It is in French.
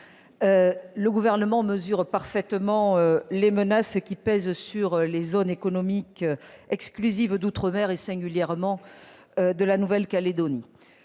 le Gouvernement mesure parfaitement les menaces qui pèsent sur les zones économiques exclusives d'outre-mer et, singulièrement, sur celle de la Nouvelle-Calédonie.